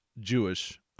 Jewish